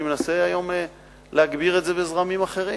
ואני מנסה היום להגביר את זה בזרמים אחרים.